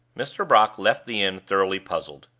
mr. brock left the inn thoroughly puzzled.